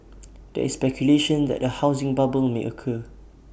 there is speculation that A housing bubble may occur